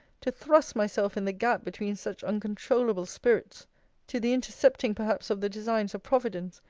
to thrust myself in the gap between such uncontroulable spirits to the intercepting perhaps of the designs of providence,